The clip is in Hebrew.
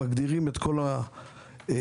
מגדירים את כול התכונות,